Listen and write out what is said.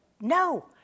No